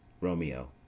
ROMEO